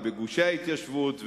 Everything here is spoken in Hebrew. ובגושי ההתיישבות,